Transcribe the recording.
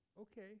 okay